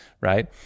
right